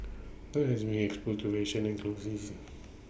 dawn has been exposed to fashion and clothes